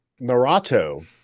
Naruto